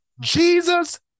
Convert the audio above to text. Jesus